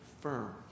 firm